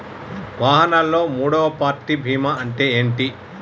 వాహనాల్లో మూడవ పార్టీ బీమా అంటే ఏంటి?